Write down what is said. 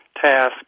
task